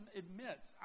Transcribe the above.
admits